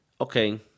Okay